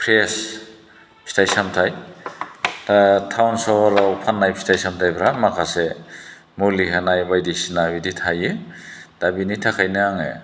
fresh फिथाइ सामथाइ दा टाउन सहराव फाननाय फिथाइ सामथाइफोरा माखासे मुलि होनाय बायदिसिना बिदि थायो दा बेनि थाखायनो आङो